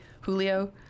Julio